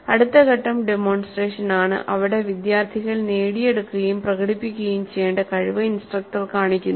അടുത്ത ഘട്ടം ഡെമോൺസ്ട്രേഷൻ ആണ് അവിടെ വിദ്യാർത്ഥികൾ നേടിയെടുക്കുകയും പ്രകടിപ്പിക്കുകയും ചെയ്യേണ്ട കഴിവ് ഇൻസ്ട്രക്ടർ കാണിക്കുന്നു